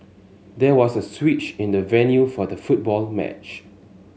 there was a switch in the venue for the football match